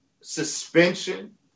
suspension